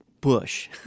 bush